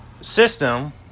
system